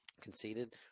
conceded